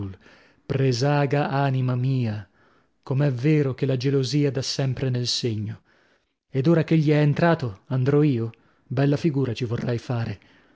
presaga anima mia come è vero che la gelosia dà sempre nel segno ed ora ch'egli è entrato andrò io bella figura ci vorrei fare